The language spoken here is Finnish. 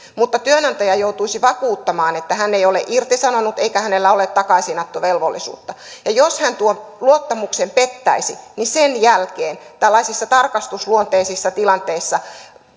mutta työnantaja joutuisi vakuuttamaan että hän ei ole irtisanonut eikä hänellä ole takaisinottovelvollisuutta ja jos hän tuon luottamuksen pettäisi niin sen jälkeen tällaisissa tarkastusluonteisissa tilanteissa